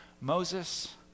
Moses